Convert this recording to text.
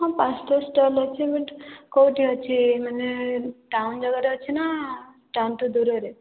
ହଁ ପାଞ୍ଚଟା ଷ୍ଟଲ୍ ଅଛି ବଟ୍ କୋଉଠି ଅଛି ମାନେ ଟାଉନ୍ ଯାଗାରେ ଅଛି ନା ଟାଉନ୍ଠୁ ଦୂରରେ